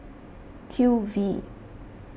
Q V